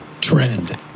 trend